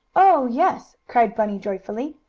oh yes! cried bunny joyfully.